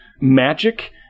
magic